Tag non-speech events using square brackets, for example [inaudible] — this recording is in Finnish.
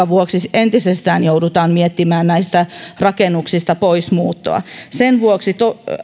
[unintelligible] vuoksi entisestään joudutaan miettimään näistä rakennuksista poismuuttoa sen vuoksi